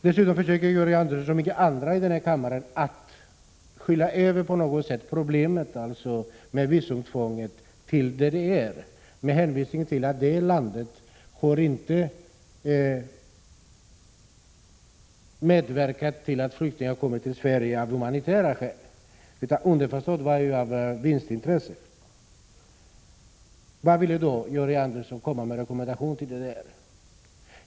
Dessutom försöker Georg Andersson liksom andra i den här kammaren att skylla på DDR när det gäller problemen med visumtvång, med hänvisning till att det landet inte har medverkat till att flyktingar kommit till Sverige av humanitära skäl utan underförstått genom vinstintresse. Vad vill då Georg Andersson komma med för rekommendation till DDR?